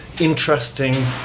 interesting